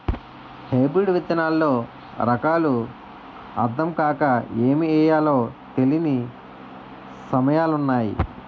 hybrid విత్తనాల్లో రకాలు అద్దం కాక ఏమి ఎయ్యాలో తెలీని సమయాలున్నాయి